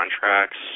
contracts